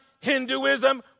Hinduism